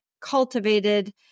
cultivated